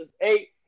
Eight